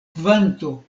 kvanto